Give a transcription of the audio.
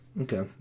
Okay